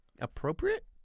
appropriate